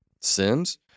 sins